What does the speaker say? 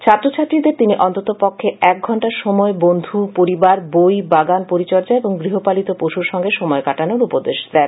তিনি ছাত্রছাত্রীদের অন্ততপক্ষে এক ঘণ্টা সময় বন্ধু পরিবার বই বাগান পরিচর্যা এবং গৃহপালিত পশুর সঙ্গে সময় কাটানোর উপদেশ দেন